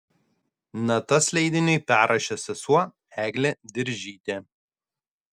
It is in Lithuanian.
natas leidiniui perrašė sesuo eglė diržytė